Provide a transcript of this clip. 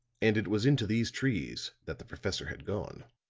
and it was into these trees that the professor had gone.